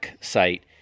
site